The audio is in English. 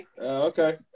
Okay